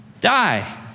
die